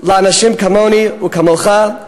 לאנשים כמוני וכמוך,